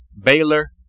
Baylor